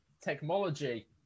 Technology